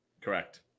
Correct